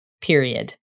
period